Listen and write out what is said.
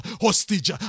Hostage